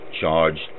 charged